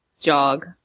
jog